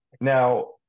now